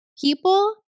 people